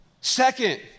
Second